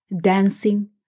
dancing